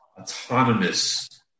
autonomous